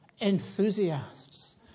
enthusiasts